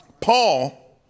Paul